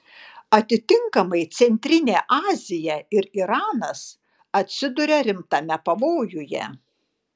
atitinkamai centrinė azija ir iranas atsiduria rimtame pavojuje